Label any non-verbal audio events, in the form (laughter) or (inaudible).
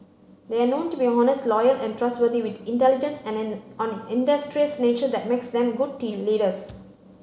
they are known to be honest loyal and trustworthy with intelligence and an (unintelligible) industrious nature that makes them good (unintelligible) leaders